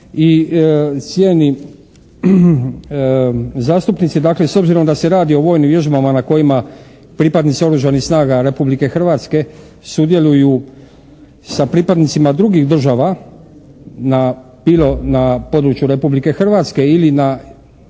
I cijenjeni zastupnici, obzirom da se radi o vojnim vježbama na kojima pripadnici Oružanih snaga Republike Hrvatske sudjeluju sa pripadnicima drugih država na području Republike Hrvatske ili na